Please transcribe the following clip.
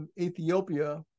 Ethiopia